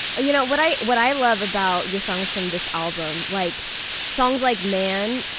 you know, what i what i love about your songs from this album, like songs like man,